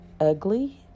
ugly